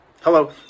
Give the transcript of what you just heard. Hello